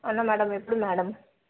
అవునా మేడం ఎప్పుడు మేడం